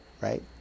right